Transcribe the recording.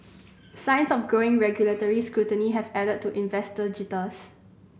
signs of growing regulatory scrutiny have added to investor jitters